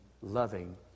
loving